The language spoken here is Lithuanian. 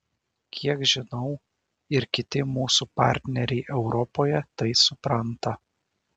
kiek žinau ir kiti mūsų partneriai europoje tai supranta